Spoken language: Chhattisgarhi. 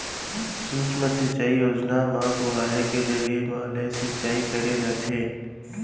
सुक्ष्म सिंचई योजना म फुहारा के जरिए म ले सिंचई करे जाथे